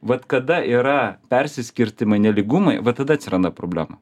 vat kada yra persiskirtymai nelygumai va tada atsiranda problemų